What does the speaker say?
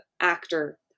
actor